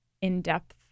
in-depth